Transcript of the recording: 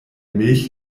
milch